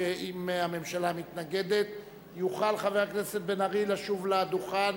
אם הממשלה מתנגדת יוכל חבר הכנסת בן-ארי לשוב לדוכן